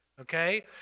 Okay